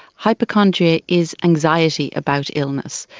hypochondria is anxiety about illness.